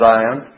Zion